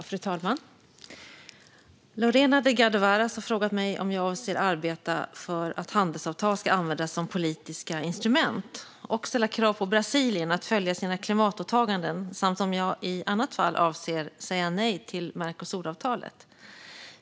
Fru talman! Lorena Delgado Varas har frågat mig om jag avser att arbeta för att handelsavtal ska användas som politiska instrument och ställa krav på Brasilien att följa sina klimatåtaganden och om jag i annat fall avser att säga nej till Mercosuravtalet.